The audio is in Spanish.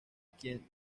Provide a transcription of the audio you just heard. quien